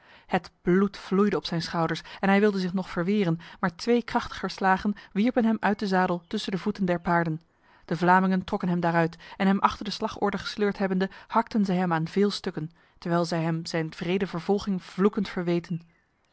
het bloed vloeide op zijn schouders en hij wilde zich nog verweren maar twee krachtiger slagen wierpen hem uit de zadel tussen de voeten der paarden de vlamingen trokken hem daaruit en hem achter de slagorde gesleurd hebbende hakten zij hem aan veel stukken terwijl zij hem zijn wrede vervolging vloekend verweten